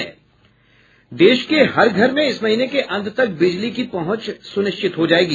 देश के हर घर में इस महीने के अंत तक बिजली की पहुंच सुनिश्चित हो जाएगी